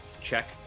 check